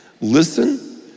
Listen